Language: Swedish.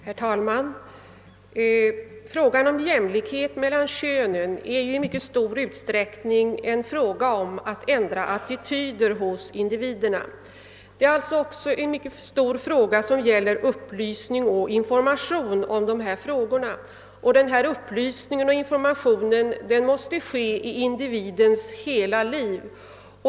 Herr talman! Frågan om jämlikheten mellan könen är i mycket stor utsträckning en fråga om att ändra attityder hos individerna. Det behövs därför mycken upplysning och information, och den måste ske i individens hela liv.